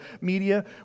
media